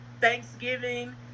Thanksgiving